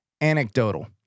anecdotal